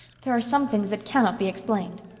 there are some things that cannot be explained.